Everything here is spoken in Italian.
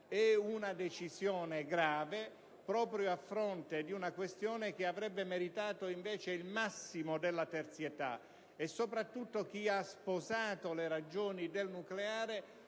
di una decisione grave, proprio a fronte di una questione che avrebbe meritato invece il massimo della terzietà, e soprattutto chi ha sposato le ragioni del nucleare